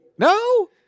No